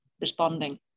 responding